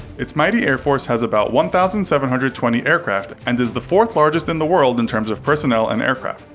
its mighty air force has about one thousand seven hundred and twenty aircraft and is the fourth largest in the world in terms of personnel and aircraft.